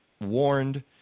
warned